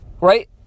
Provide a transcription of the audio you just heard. right